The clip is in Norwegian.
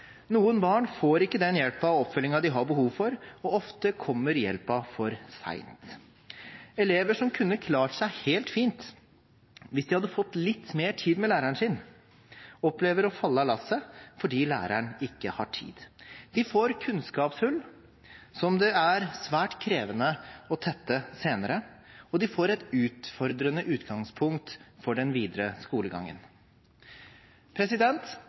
Noen barn får ikke den hjelpen og oppfølgingen de har behov for, og ofte kommer hjelpen for sent. Elever som kunne klart seg helt fint hvis de hadde fått litt mer tid med læreren sin, opplever å falle av lasset fordi læreren ikke har tid. De får kunnskapshull som det er svært krevende å tette senere, og de får et utfordrende utgangspunkt for den videre